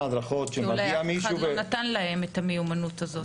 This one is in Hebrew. כי אולי אף אחד לא נתן להם את המיומנות הזו.